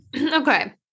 Okay